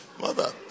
mother